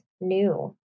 new